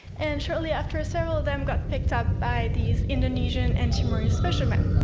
and shortly after, several of them got picked up by these indonesian and timorese fisherman.